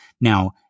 Now